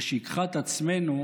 ושכחת עצמנו